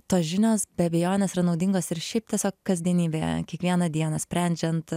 tos žinios be abejonės yra naudingos ir šiaip tiesiog kasdienybėje kiekvieną dieną sprendžiant